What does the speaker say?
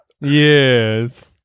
Yes